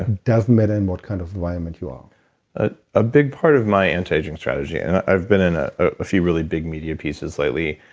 ah doesn't matter in what kind of environment you are a ah big part of my anti-aging strategy, and i've been in ah a few really big media places lately,